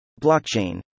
Blockchain